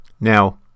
Now